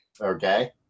Okay